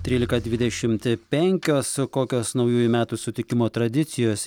trylika dvidešimt penkios kokios naujųjų metų sutikimo tradicijos